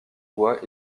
bois